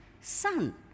son